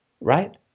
right